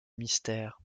mystère